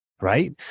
right